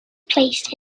placed